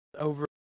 over